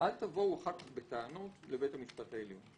אל תבואו אחר כך בטענות לבית המשפט העליון.